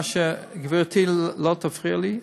גברתי לא תפריע לי,